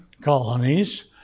colonies